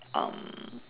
um